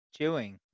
chewing